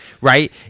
right